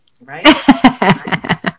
right